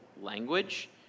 language